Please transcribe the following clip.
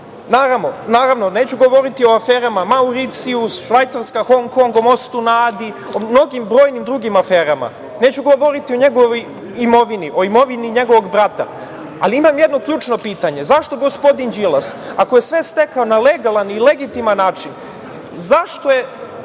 neću govoriti o aferama Mauricijus, Švajcarska, Hong Kong, o Mostu na Adi, o mnogim brojnim drugim aferama, neću govoriti o njegovoj imovini, o imovini njegovog brata, ali imam jedno ključno pitanje – zašto gospodin Đilas, ako je sve stekao na legalan i legitiman način, zašto je